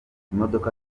imodoka